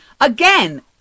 Again